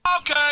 Okay